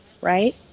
right